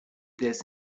this